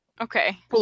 Okay